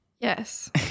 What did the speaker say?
Yes